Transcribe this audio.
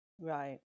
Right